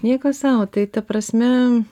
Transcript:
nieko sau tai ta prasme